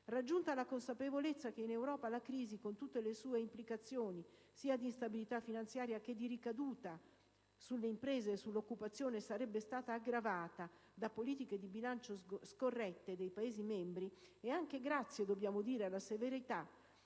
Raggiunta la consapevolezza che in Europa la crisi, con tutte le sue implicazioni sia di instabilità finanziaria che di ricaduta sulle imprese e sull'occupazione, sarebbe stata aggravata da politiche di bilancio scorrette dei Paesi membri e, anche grazie alla severità